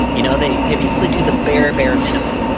you know they they basically do the bare, bare minimum.